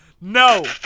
No